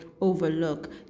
overlook